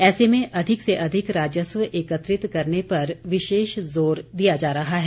ऐसे में अधिक से अधिक राजस्व एकत्रित करने पर विशेष जोर दिया जा रहा है